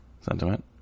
Sentiment